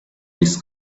this